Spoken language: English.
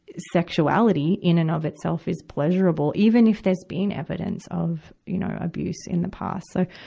sexuality, in and of itself, is pleasurable, even if there's been evidence of, you know, abuse in the past. so,